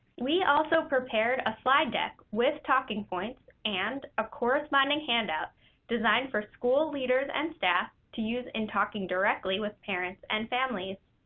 we also prepared a slide deck with talking points and a corresponding handout designed for school leaders and staff to use when and talking directly with parents and families.